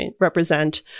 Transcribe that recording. represent